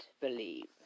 believe